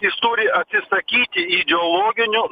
jis turi atsisakyti ideologinių